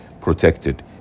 protected